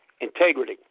integrity